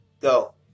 Go